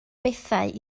bethau